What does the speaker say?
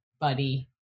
Buddy